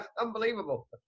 unbelievable